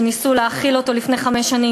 שניסו להחיל אותו לפני חמש שנים,